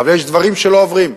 אבל יש דברים שלא עוברים.